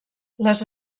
les